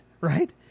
right